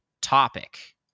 topic